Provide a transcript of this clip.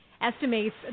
estimates